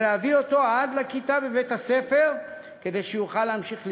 להביא אותו עד לכיתה בבית-הספר כדי שיוכל להמשיך ללמוד.